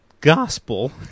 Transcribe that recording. gospel-